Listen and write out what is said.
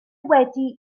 wedi